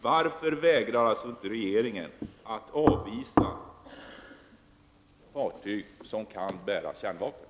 Varför vägrar regeringen att avvisa fartyg som kan bära kärnvapen?